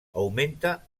augmenta